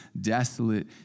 desolate